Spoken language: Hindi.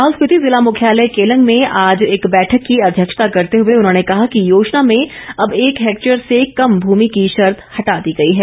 लाहौल स्पीति जिला मुख्यालय केलंग में आज एक बैठक की अध्यक्षता करते हुए उन्होंने कहा कि योजना में अब एक हेक्टेयर से कम भूमि की शर्त हटा दी गई है